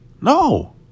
No